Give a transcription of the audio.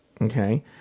Okay